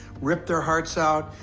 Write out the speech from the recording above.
rip their hearts out,